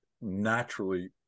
naturally